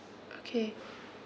okay